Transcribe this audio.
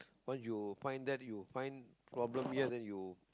once you find that you find problem here then you